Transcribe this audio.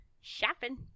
Shopping